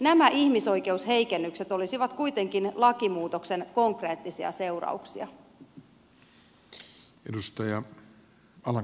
nämä ihmisoikeusheikennykset olisivat kuitenkin lakimuutosten konkreettisia seurauksia